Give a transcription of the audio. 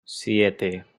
siete